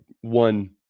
one